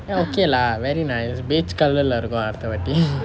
okay lah very nice beige colour lah இல்லே இருக்கும் அடுத்த வாட்டி:illae irukkum adutha vaatti